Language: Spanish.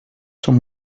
son